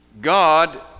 God